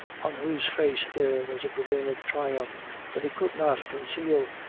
on whose face there was a grin of triumph that he could not conceal.